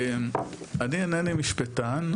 אני אינני משפטן,